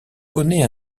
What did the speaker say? connaît